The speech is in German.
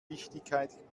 wichtigkeit